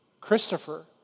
Christopher